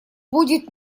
будет